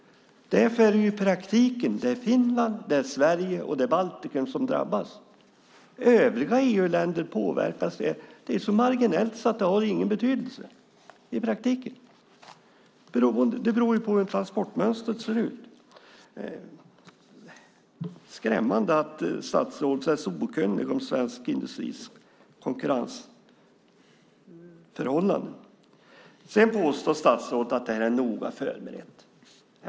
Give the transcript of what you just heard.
Därför är det i praktiken Finland, Sverige och Baltikum som drabbas. Övriga EU-länder påverkas så marginellt att det inte har någon betydelse i praktiken. Det beror på hur transportmönstret ser ut. Det är skrämmande att statsrådet är så okunnig om svensk industris konkurrensförhållanden. Sedan påstår statsrådet att det här är noga förberett.